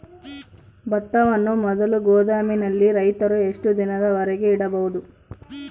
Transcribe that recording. ಭತ್ತವನ್ನು ಮೊದಲು ಗೋದಾಮಿನಲ್ಲಿ ರೈತರು ಎಷ್ಟು ದಿನದವರೆಗೆ ಇಡಬಹುದು?